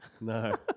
No